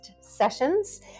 sessions